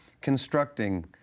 constructing